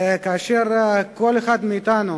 כאשר כל אחד מאתנו